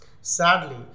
sadly